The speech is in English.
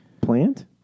plant